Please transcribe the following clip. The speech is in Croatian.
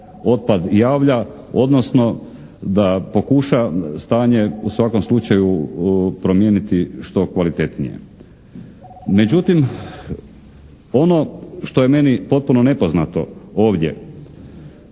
odnosno da pokuša stanje u svakom slučaju promijeniti što kvalitetnije. Međutim, ono što je meni potpuno nepoznato ovdje,